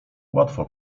łatwo